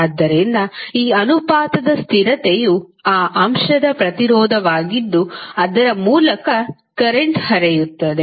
ಆದ್ದರಿಂದ ಈ ಅನುಪಾತದ ಸ್ಥಿರತೆಯು ಆ ಅಂಶದ ಪ್ರತಿರೋಧವಾಗಿದ್ದು ಅದರ ಮೂಲಕ ಕರೆಂಟ್ ಹರಿಯುತ್ತದೆ